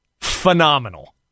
Phenomenal